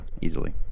easily